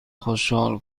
خوشحال